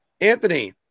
Anthony